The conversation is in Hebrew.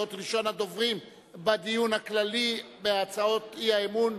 ראשון הדוברים בדיון הכללי בהצעות האי-אמון,